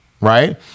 right